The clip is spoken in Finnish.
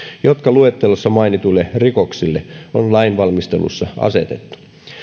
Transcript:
jotka luettelossa mainituille rikoksille on lainvalmistelussa asetettu